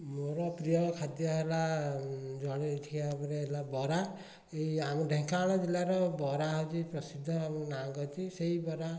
ମୋର ପ୍ରିୟ ଖାଦ୍ୟ ହେଲା ଜଳଖିଆ ଉପରେ ହେଲା ବରା ଏଇ ଆମ ଢେଙ୍କାନାଳ ଜିଲ୍ଲାର ବରା ହେଉଛି ପ୍ରସିଦ୍ଧ ଆଉ ନାଁ କରିଛି ସେହି ବରା